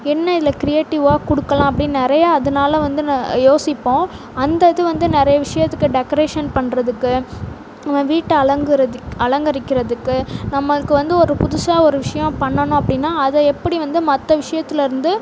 என்ன இதில் க்ரியேடிவ்வாக கொடுக்கலாம் அப்படின்னு நிறையா அதனால வந்து யோசிப்போம் அந்த இது வந்து நிறைய விஷயத்துக்கு டெக்கரேஷன் பண்ணுறதுக்கு வீட்டை அலங்கரதுக் அலங்கரிக்கிறதுக்கு நம்மளுக்கு வந்து ஒரு புதுசாக ஒரு விஷயம் பண்ணணும் அப்படின்னா அதை எப்படி வந்து மற்ற விஷயத்துலருந்து